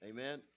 Amen